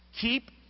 Keep